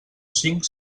cinc